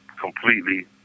completely